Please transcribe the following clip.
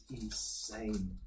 insane